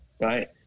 right